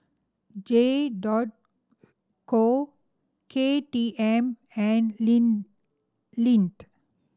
J co K T M and Lindt